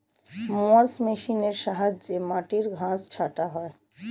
mowers মেশিনের সাহায্যে মাটির ঘাস ছাঁটা হয়